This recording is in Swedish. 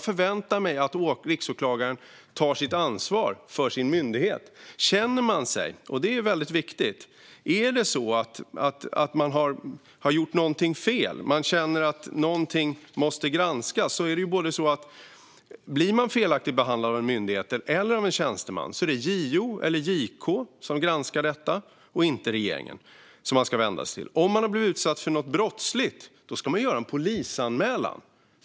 Jag förväntar mig att riksåklagaren tar ansvar för sin myndighet. Om man känner att något har blivit fel och att något måste granskas, alltså om man blir felaktigt behandlad av en myndighet eller av en tjänsteman, är det JO eller JK som ska granska det. Det är inte regeringen som man ska vända sig till. Och om man har blivit utsatt för något brottsligt ska man göra en polisanmälan.